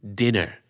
dinner